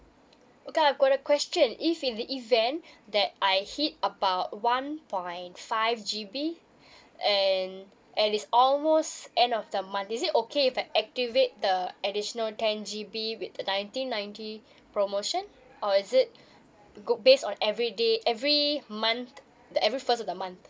okay I got a question if in the event that I hit about one point five G_B and and it's almost end of the month is it okay if I activate the additional ten G_B with nineteen ninety promotion or is it good based on every day every month that every first of the month